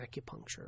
acupuncture